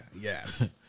yes